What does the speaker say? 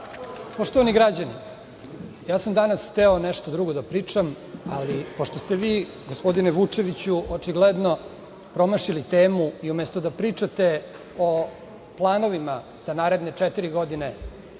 Hvala. Poštovani građani, ja sam danas hteo nešto drugo da pričam, ali pošto ste vi, gospodine Vučeviću, očigledno promašili temu i umesto da pričate o planovima za naredne četiri godine